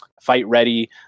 fight-ready